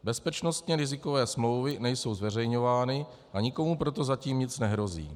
Bezpečnostně rizikové smlouvy nejsou zveřejňovány a nikomu proto zatím nic nehrozí.